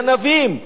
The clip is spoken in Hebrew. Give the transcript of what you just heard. גנבים.